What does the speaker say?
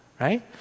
Right